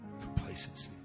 Complacency